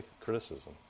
criticism